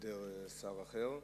בהעדר שר אחר,